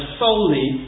solely